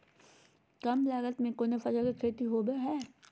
काम लागत में कौन फसल के खेती होबो हाय?